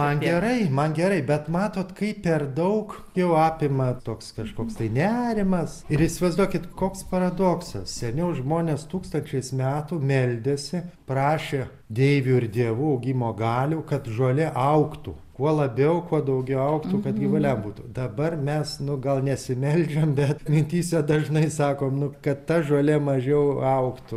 man gerai man gerai bet matot kai perdaug jau apima toks kažkoks tai nerimas ir įsivaizduokit koks paradoksas seniau žmonės tūkstančiais metų meldėsi prašė deivių ir dievų augimo galių kad žolė augtų kuo labiau kuo daugiau augtų kad gyvuliam būtų dabar mes nu gal nesimeldžiam bet mintyse dažnai sakom nu kad ta žolė mažiau augtų